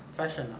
fashion ah